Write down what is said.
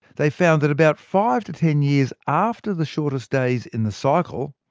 they found that about five ten years after the shortest days in the cycle,